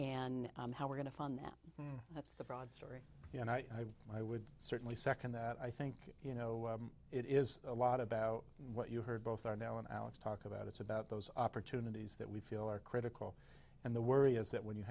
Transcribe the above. and how we're going to fund them that's the broad story you and i and i would certainly second that i think you know it is a lot about what you heard both are now in alex talk about it's about those opportunities that we feel are critical and the worry is that when you